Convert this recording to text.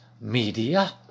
media